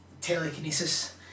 telekinesis